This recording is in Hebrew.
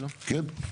כן.